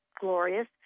glorious